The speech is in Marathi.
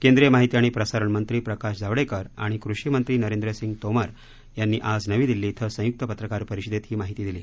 केंद्रीय माहिती आणि प्रसारण मंत्री प्रकाश जावडेकर आणि कृषी मंत्री नरेंद्रसिंह तोमर यांनी आज नवी दिल्ली क्रि संयुक्त पत्रकार परिषदेत ही माहिती दिली